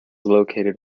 located